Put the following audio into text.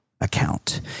account